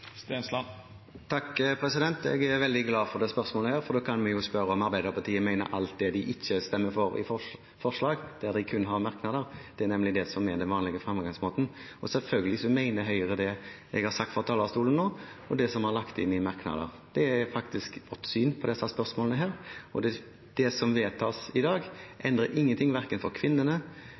Jeg er veldig glad for dette spørsmålet, for da kan vi spørre om Arbeiderpartiet mener alt det de ikke stemmer for i forslag, der de kun har merknader. Det er nemlig det som er den vanlige fremgangsmåten. Selvfølgelig mener Høyre det jeg har sagt fra talerstolen, og det som er lagt inn i merknader. Det er faktisk vårt syn på disse spørsmålene. Det som vedtas i dag, endrer ingenting verken for kvinnene,